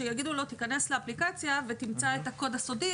שיגידו לו תיכנס לאפליקציה ותמצא את הקוד הסודי